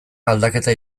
aldaketa